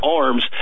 arms